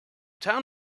town